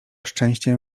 szczęściem